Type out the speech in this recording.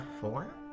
Four